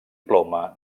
ploma